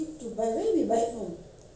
the jazz collections கிட்ட:kitta